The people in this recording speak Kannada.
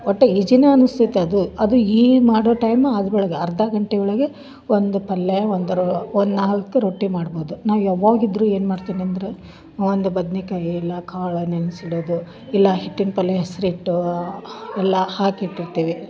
ಒಟ್ಟು ಈಜಿನು ಅನುಸ್ತೈತಿ ಅದು ಅದು ಈ ಮಾಡೋ ಟೈಮು ಅದ್ರೊಳಗೆ ಅರ್ಧ ಗಂಟೆ ಒಳಗೆ ಒಂದು ಪಲ್ಲೆ ಒಂದು ರೊ ಒಂದು ನಾಲ್ಕು ರೊಟ್ಟಿ ಮಾಡ್ಬೋದು ನಾವು ಯಾವಾಗಿದ್ದರು ಏನು ಮಾಡ್ತಿನಂದ್ರೆ ಒಂದು ಬದ್ನಿಕಾಯಿ ಇಲ್ಲ ಕಾಳು ನೆನ್ಸಿಡೋದು ಇಲ್ಲ ಹಿಟ್ಟಿನ ಪಲ್ಯ ಹೆಸರಿಟ್ಟು ಎಲ್ಲ ಹಾಕಿಟ್ಟಿರ್ತೇವೆ